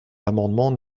l’amendement